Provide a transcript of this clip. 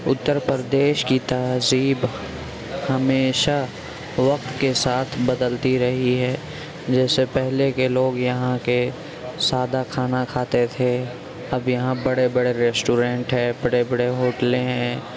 اتر پردیش کی تہذیب ہمیشہ وقت کے ساتھ بدلتی رہی ہے جیسے پہلے کے لوگ یہاں کے سادہ کھانا کھاتے تھے اب یہاں بڑے بڑے ریسٹورینٹ ہے بڑے بڑے ہوٹلیں ہیں